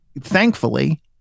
thankfully